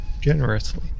generously